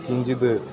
किञ्जिद्